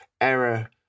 error